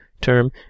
term